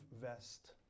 vest